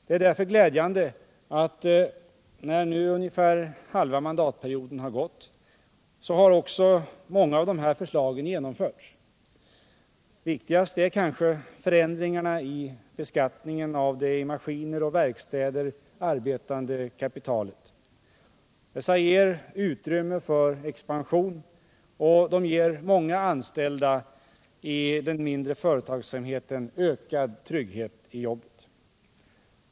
Det är därför glädjande att när nu ungefär halva mandatperioden har gått, har också många av de här förslagen genomförts. Viktigast är kanske förändringarna i beskattningen av det i maskiner och verkstäder arbetande kapitalet. Dessa ger utrymme för expansion, och de ger många anställda i den mindre företagsamheten ökad trygghet i jobbet.